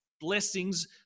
blessings